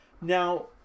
Now